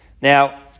Now